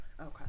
Okay